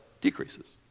decreases